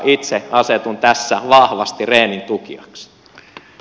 itse asetun tässä vahvasti rehnin tukijaksi